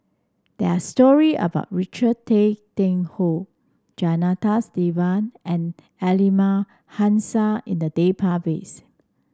there are story about Richard Tay Tian Hoe Janadas Devan and Aliman Hassan in the database